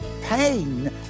pain